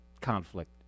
conflict